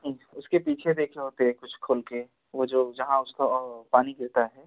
नहीं इसके पीछे देखना होता है कुछ खोल के वह जो जहाँ उसका वह पानी गिरता है